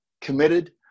committed